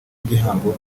igihango